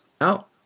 out